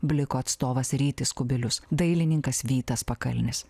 bliko atstovas rytis kubilius dailininkas vytas pakalnis